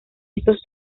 estos